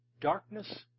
Darkness